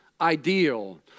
ideal